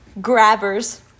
grabbers